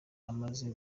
amaze